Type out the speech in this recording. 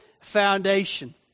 foundation